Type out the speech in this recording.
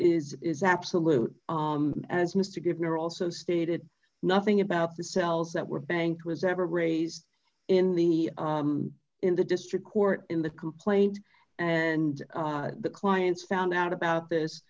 is is absolute as mr given or also stated nothing about the cells that were bank was ever raised in the in the district court in the complaint and the clients found out about this